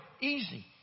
easy